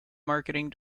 marketing